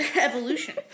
evolution